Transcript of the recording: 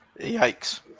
Yikes